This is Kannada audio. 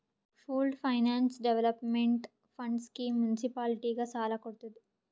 pooled finance development fund scheme ಮುನ್ಸಿಪಾಲಿಟಿಗ ಸಾಲ ಕೊಡ್ತುದ್